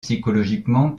psychologiquement